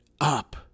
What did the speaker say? up